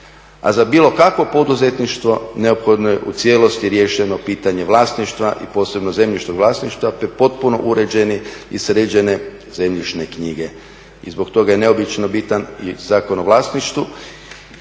A za bilo kakvo poduzetništvo neophodno je u cijelosti riješeno pitanje vlasništva i posebno zemljišnog vlasništva te potpuno uređene i sređene zemljišne knjige. I zbog toga je neobično bitan i Zakon o vlasništvu,